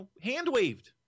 hand-waved